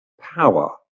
power